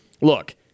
Look